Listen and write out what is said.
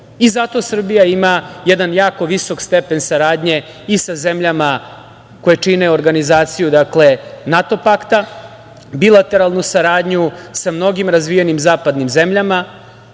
i zato Srbija ima jedan jako visok stepen saradnje sa zemljama koje čine organizaciju NATO pakta, bilateralnu saradnju sa mnogim razvijenim zapadnim zemljama,